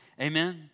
Amen